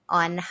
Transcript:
on